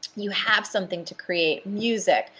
you have something to create. music,